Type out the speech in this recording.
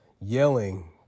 yelling